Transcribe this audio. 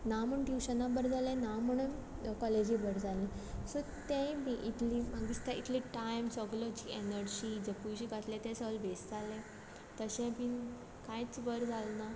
ना म्हूण ट्युशना बर जालें ना म्हूण कॉलेजी बर जालें सो तेंय बी बिस्तें इतलो टायम सगळो एनर्जी जे पयशे घातले ते सगळें वेस्ट जाले तशे बीन कांयच बर जालना